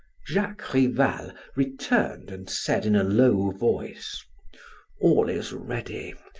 jacques rival returned and said in a low voice all is ready.